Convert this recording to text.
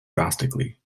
drastically